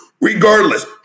regardless